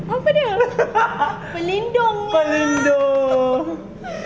pelindung